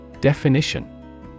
Definition